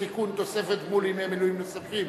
תוספת גמול לימי מילואים נוספים),